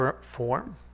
form